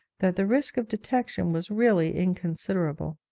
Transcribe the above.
that the risk of detection was really inconsiderable.